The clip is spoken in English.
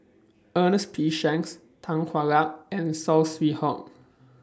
Ernest P Shanks Tan Hwa Luck and Saw Swee Hock